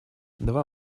два